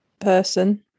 person